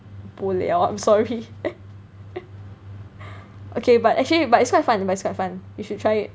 bo liao I'm sorry okay but actually but it's quite fun but it's quite fun you should try it